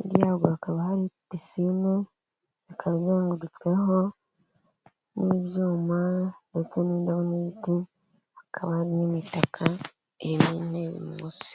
inyuma yaho hakaba hari pisine, ikaba izengurutsweho n'ibyuma ndetse n'indobo n'ibiti hakaba n'imitaka iriho intebe munsi.